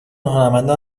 هنرمندان